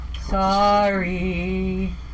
Sorry